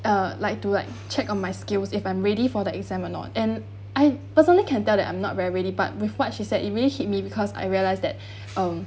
uh like to like check on my skills if I'm ready for the exam or not and I personally can tell that I'm not very ready but with what she said it really hit me because I realize that um